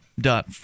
dot